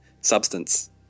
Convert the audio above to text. substance